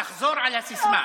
תחזור על הסיסמה.